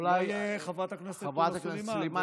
חברת הכנסת סלימאן,